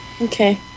Okay